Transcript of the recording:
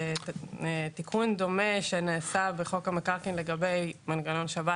בתיקון דומה שנעשה בחוק המקרקעין לגבי מנגנון שבת